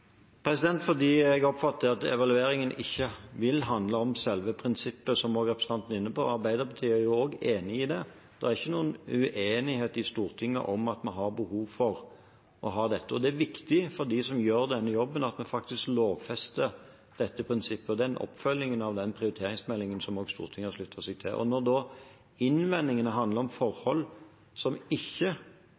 Fordi jeg oppfatter at evalueringen ikke vil handle om selve prinsippet, som også representanten Hagebakken er inne på. Arbeiderpartiet er jo også enig i det. Det er ikke noen uenighet i Stortinget om at vi har behov for å ha dette. Det er viktig for dem som gjør denne jobben, at vi lovfester dette prinsippet, og det er en oppfølging av den prioriteringsmeldingen som Stortinget har sluttet seg til. Når innvendingene handler om forhold som i dag ikke